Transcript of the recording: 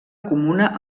comuna